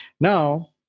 Now